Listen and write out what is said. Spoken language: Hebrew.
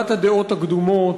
מחלת הדעות הקדומות,